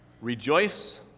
Rejoice